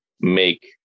make